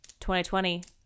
2020